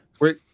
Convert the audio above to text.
Wait